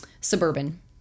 suburban